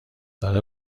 داره